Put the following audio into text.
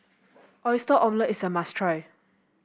Oyster Omelette is a must try